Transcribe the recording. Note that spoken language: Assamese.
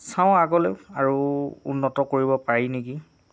চাও আগলৈও আৰু উন্নত কৰিব পাৰি নেকি